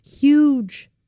huge